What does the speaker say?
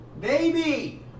Baby